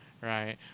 Right